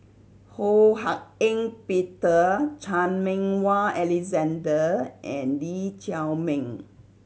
Ho Hak Ean Peter Chan Meng Wah Alexander and Lee Chiaw Meng